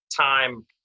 time